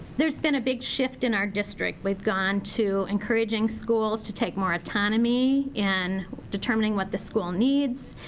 there's been a big shift in our district. we've gone to encouraging schools to take more autonomy in determining what the school needs.